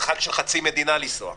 מרחק של חצי מדינה לנסוע,